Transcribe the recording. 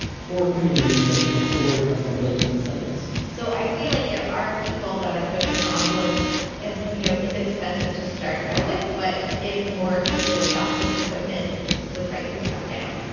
for communities that can afford custom playgrounds that is. so i feel like there are people that are pushing the envelope and you know it's expensive to start out with. but if more people adopt this equipment the price could come down.